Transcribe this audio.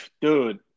Dude